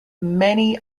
many